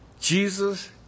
Jesus